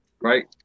right